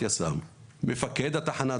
שלוש יחידות של יס״מ ומפקד התחנה,